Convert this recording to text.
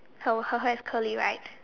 her her hair is curly right